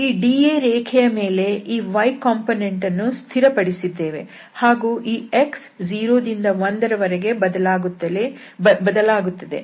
ಈ DA ರೇಖೆಯ ಮೇಲೆ ಈ y ಕಂಪೋನೆಂಟ್ ಅನ್ನು ಸ್ಥಿರಪಡಿಸಿದ್ದೇವೆ ಹಾಗೂ ಈ x 0 ದಿಂದ 1 ರ ವರೆಗೆ ಬದಲಾಗುತ್ತದೆ